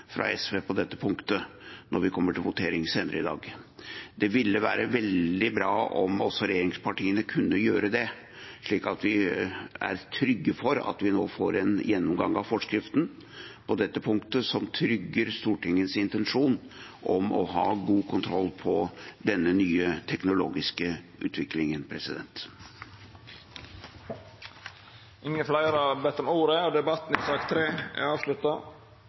fra SV på dette punktet, når vi kommer til votering senere i dag. Det ville være veldig bra om også regjeringspartiene kunne gjøre det, slik at vi er trygge for at vi nå får en gjennomgang av forskriften på dette punktet som trygger Stortingets intensjon om å ha god kontroll på denne nye teknologiske utviklingen. Fleire har ikkje bedt om ordet